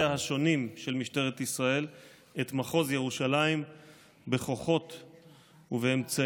השונים של משטרת ישראל את מחוז ירושלים בכוחות ובאמצעים,